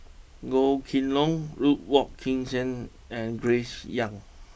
Goh Kheng long Ruth Wong Hie King and Grace young